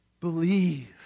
believe